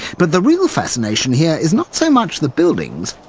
but the real fascination here is not so much the buildings,